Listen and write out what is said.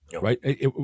right